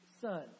son